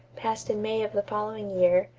passed in may of the following year,